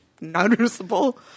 noticeable